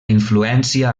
influència